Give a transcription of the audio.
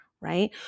right